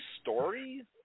story